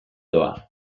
doa